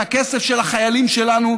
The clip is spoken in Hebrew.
מהכסף של החיילים שלנו,